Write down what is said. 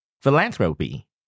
Philanthropy